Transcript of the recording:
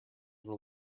were